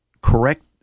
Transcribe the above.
correct